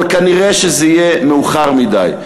אבל כנראה שזה יהיה מאוחר מדי.